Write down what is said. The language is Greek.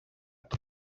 του